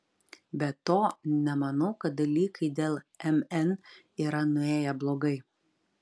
be to nemanau kad dalykai dėl mn yra nuėję blogai